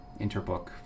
Interbook